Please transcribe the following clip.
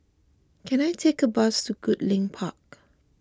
can I take a bus to Goodlink Park